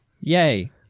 Yay